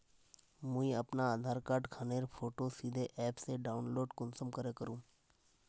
मुई अपना आधार कार्ड खानेर फोटो सीधे ऐप से डाउनलोड कुंसम करे करूम?